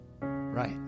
Right